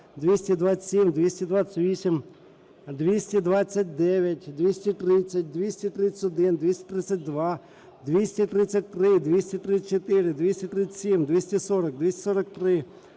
227, 228, 229, 230, 231, 232, 233, 234, 237, 240, 243,